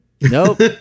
nope